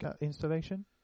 installation